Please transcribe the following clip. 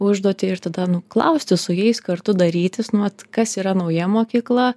užduotį ir tada nu klausti su jais kartu darytis nu vat kas yra nauja mokykla